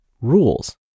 rules